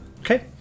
Okay